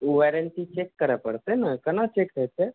warranty check करय परतै ने कोना चेक होइ छै